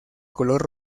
color